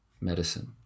medicine